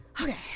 Okay